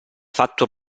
fatto